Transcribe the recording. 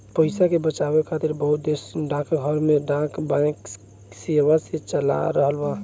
पइसा के बचावे खातिर बहुत देश डाकघर में डाक बैंक सेवा के चला रहल बा